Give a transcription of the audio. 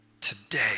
today